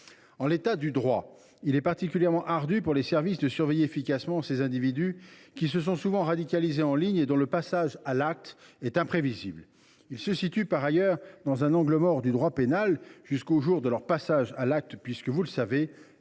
En l’état du droit, il est particulièrement ardu, pour les services de renseignement, de surveiller efficacement ces individus, qui se sont souvent radicalisés en ligne et dont le passage à l’acte est imprévisible. Ces personnes se situent par ailleurs dans un angle mort du droit pénal jusqu’au jour de leur passage à l’acte, puisque, vous le savez,